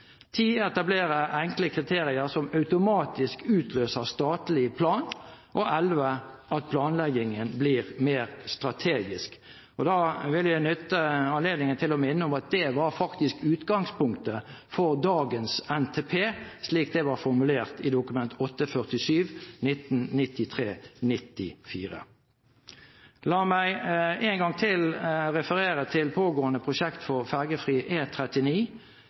enkle kriterier som automatisk utløser statlig plan 11. at planleggingen blir mer strategisk. Og da vil jeg benytte anledningen til å minne om at det faktisk var utgangspunktet for dagens NTP, slik det var formulert i Dokument nr. 8:47 for 1993–1994. La meg én gang til referere til det pågående